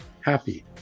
happy